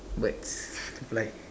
birds fly